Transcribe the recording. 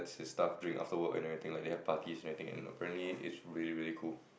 his staff drinks after work and everything like they have parties and everything and apparently it's really really cool